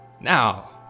Now